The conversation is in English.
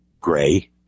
gray